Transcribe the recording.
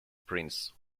prince